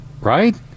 Right